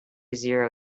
zero